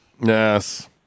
Yes